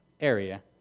area